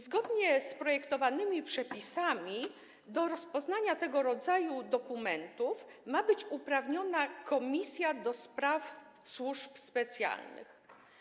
Zgodnie z projektowanymi przepisami do rozpoznania tego rodzaju dokumentów ma być uprawniona Komisja do Spraw Służb Specjalnych.